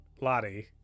lottie